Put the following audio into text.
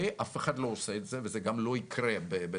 אף אחד לא עושה את זה וזה גם לא יקרה בנורבגיה,